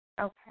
Okay